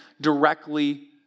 directly